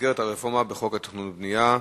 במסגרת הרפורמה בחוק התכנון והבנייה,